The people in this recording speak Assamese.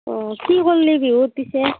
অ' কি কৰিলি বিহুত পিছে